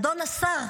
אדון השר,